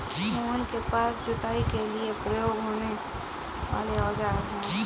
मोहन के पास जुताई के लिए प्रयोग होने वाले औज़ार है